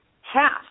half